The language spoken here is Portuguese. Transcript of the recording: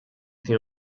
tem